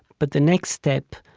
but the next step,